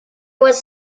was